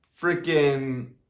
freaking